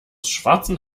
schwarzen